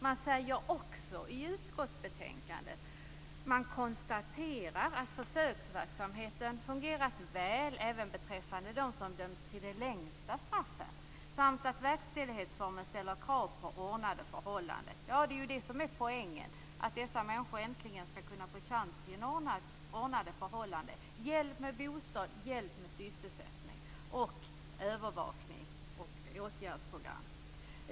Man konstaterar också i utskottsbetänkandet att försöksverksamheten fungerat väl även beträffande dem som dömts till de längsta straffen samt att verkställighetsformen ställer krav på ordnade förhållanden. Det är ju det som är poängen. Dessa människor skall äntligen få chans till ordnade förhållanden, få hjälp med bostad, sysselsättning, övervakning och åtgärdsprogram.